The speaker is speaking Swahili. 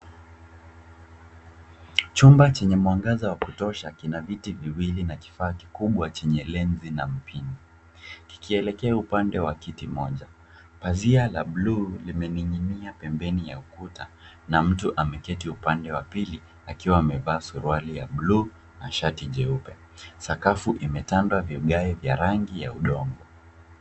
Chumba chenye mwangaza wa kutosha kina vitu viwili vya kifaa kikubwa chenye lensi na mpini, kikielekea upande wa kiti moja. Pazi la blue limening'inia pembeni ya ukuta na mtu ameketi upande wa pili akiwa amevaa suruali ya blue na shati jeupe. Sakafu imetandwa vigae vya rangi ya udongo.